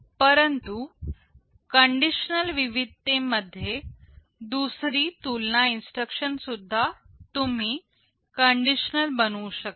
परंतु कंडिशनल विविधता मध्ये दुसरी तुलना इन्स्ट्रक्शन सुद्धा तुम्ही कंडिशनल बनवू शकता